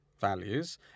values